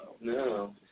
No